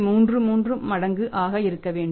33 மடங்கு ஆக இருக்க வேண்டும்